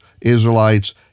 Israelites